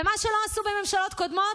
ומה שלא עשו בממשלות קודמות,